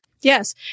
Yes